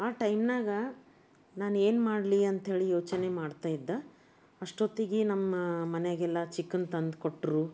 ಆ ಟೈಮ್ನಾಗ ನಾನು ಏನು ಮಾಡಲಿ ಅಂಥೇಳಿ ಯೋಚನೆ ಮಾಡ್ತಾಯಿದ್ದೆ ಅಷ್ಟೊತ್ತಿಗೆ ನಮ್ಮ ಮನೆಗೆಲ್ಲ ಚಿಕನ್ ತಂದ್ಕೊಟ್ರು